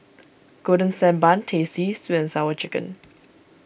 Golden Sand Bun Teh C Sweet and Sour Chicken